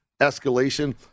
escalation